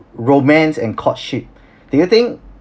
romance and courtship do you think